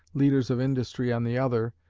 leaders of industry on the other,